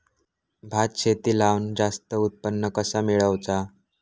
भात शेती लावण जास्त उत्पन्न कसा मेळवचा?